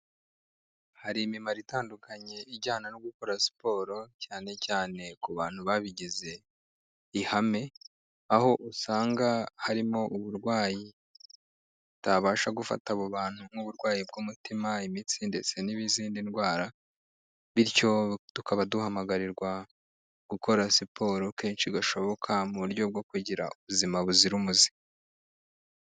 Hari imimaro itandukanye ijyana no gukora siporo cyane cyane ku bantu babigize ihame, aho usanga harimo uburwayi butabasha gufata abo bantu nk'uburwayi bw'umutima, imitsi ndetse n'izindi ndwara. Bityo tukaba duhamagarirwa gukora siporo kenshi gashoboka mu buryo bwo kugira ubuzima buzira umuze.